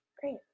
Great